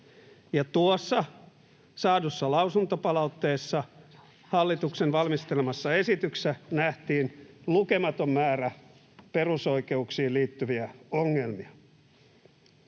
Tuossa saadussa lausuntopalautteessa hallituksen valmistelemassa esityksessä nähtiin lukematon määrä perusoikeuksiin liittyviä ongelmia.